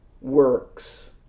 works